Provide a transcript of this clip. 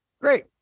great